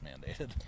mandated